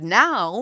now